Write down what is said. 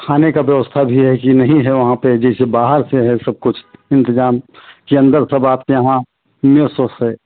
खाने का व्यवस्था भी है कि नहीं है वहाँ पर जैसे बाहर से है सब कुछ इंतजाम कि अंदर सब आपके यहाँ मेस ओस है